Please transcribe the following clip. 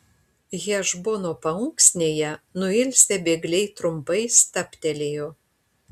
hešbono paunksnėje nuilsę bėgliai trumpai stabtelėjo